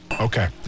Okay